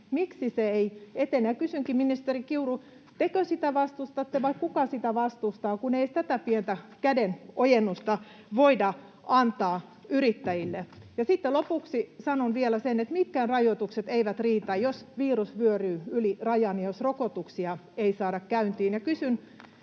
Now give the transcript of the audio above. miksi se ei etene. Ja kysynkin, ministeri Kiuru: tekö sitä vastustatte, vai kuka sitä vastustaa, kun ei edes tätä pientä kädenojennusta voida antaa yrittäjille? Ja sitten lopuksi sanon vielä sen, että mitkään rajoitukset eivät riitä, jos virus vyöryy yli rajan ja jos rokotuksia ei saada käyntiin.